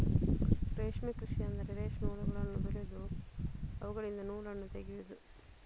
ರೇಷ್ಮೆ ಕೃಷಿ ಅಂದ್ರೆ ರೇಷ್ಮೆ ಹುಳಗಳನ್ನು ಬೆಳೆದು ಅವುಗಳಿಂದ ನೂಲನ್ನು ತೆಗೆಯುದು